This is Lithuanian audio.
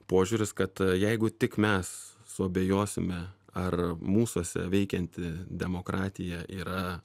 požiūris kad jeigu tik mes suabejosime ar mūsuose veikianti demokratija yra